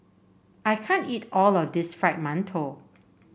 I can't eat all of this Fried Mantou